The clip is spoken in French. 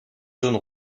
zones